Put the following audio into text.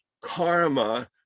karma